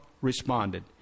responded